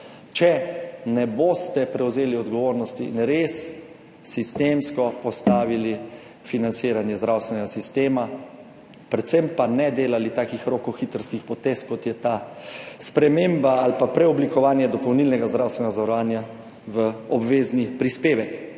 če ne boste prevzeli odgovornosti in res sistemsko postavili financiranje zdravstvenega sistema, predvsem pa ne delali takih rokohitrskih potez kot je ta sprememba ali pa preoblikovanje dopolnilnega zdravstvenega zavarovanja v obvezni prispevek,